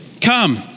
come